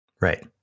Right